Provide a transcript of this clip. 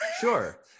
Sure